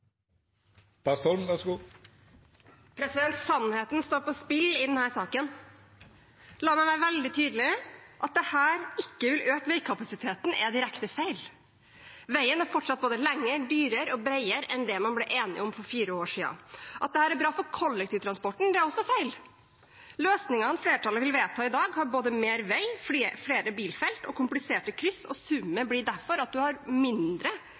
direkte feil. Veien er fortsatt både lengre, dyrere og bredere enn det man ble enige om for fire år siden. At dette er bra for kollektivtransporten, er også feil. Løsningene flertallet vil vedta i dag, har både mer vei, flere bilfelt og kompliserte kryss, og summen blir derfor at vi får mindre